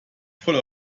voll